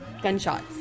Gunshots